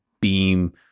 beam